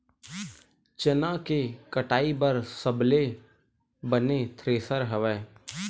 चना के कटाई बर सबले बने थ्रेसर हवय?